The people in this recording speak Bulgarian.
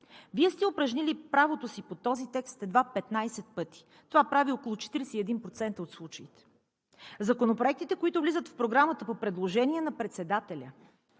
Вие сте упражнили правото си по този текст едва 15 пъти – това прави около 41% от случаите. Законопроектите, които влизат в Програмата по предложение на председателя,